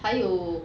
还有